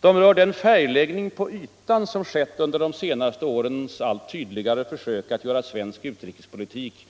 De rör den färgläggning på ytan som skett under de senaste årens allt tydligare försök att göra svensk utrikespolitik